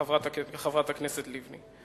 חברת הכנסת לבני.